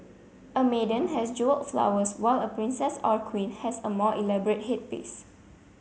a maiden has jewelled flowers while a princess or a queen has a more elaborate headpiece